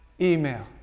email